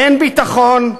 אין ביטחון,